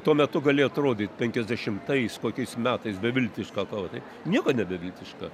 tuo metu gali atrodyt penkiasdešimtais kokiais metais beviltiška kova taip nieko nebeviltiška